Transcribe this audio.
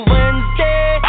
Wednesday